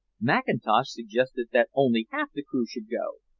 mackintosh suggested that only half the crew should go,